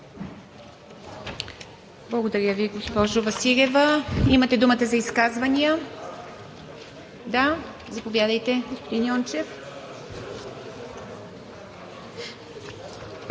Благодаря Ви, госпожо Василева. Имате думата за изказвания. Заповядайте, господин Йончев.